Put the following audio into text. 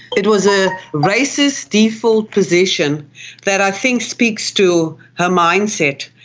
it was a racist default position that i think speaks to her mindset,